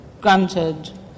granted